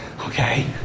Okay